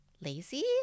Lazy